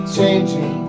changing